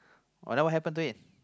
uh oh then what happen to it